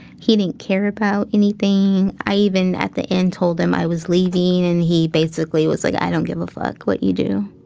he didn't care about anything i even at the end told him i was leaving and he basically was like, i don't give a fuck what you do.